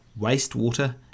wastewater